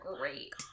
great